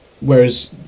Whereas